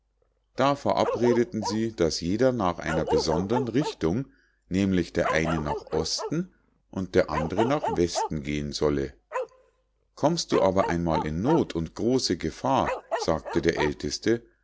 da verabredeten sie daß jeder nach einer besondern richtung nämlich der eine nach osten und der andre nach westen gehen solle kommst du aber einmal in noth und große gefahr sagte der älteste